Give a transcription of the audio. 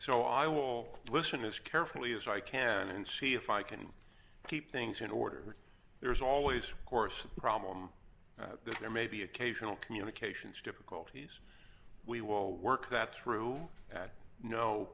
so i will listen as carefully as i can and see if i can keep things in order there is always course a problem that there may be occasional communications difficulties we will work that through at no